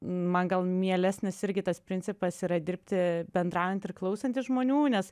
man gal mielesnis irgi tas principas yra dirbti bendraujant ir klausantis žmonių nes